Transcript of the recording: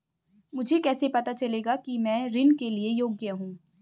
मुझे कैसे पता चलेगा कि मैं ऋण के लिए योग्य हूँ?